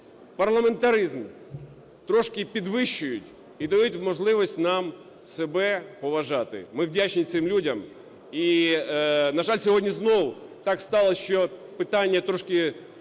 парламентаризм, трошки підвищують і дають можливість нам себе поважати. Ми вдячні цим людям. І, на жаль, сьогодні знов так сталось, що питання трошки